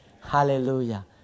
Hallelujah